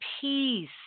peace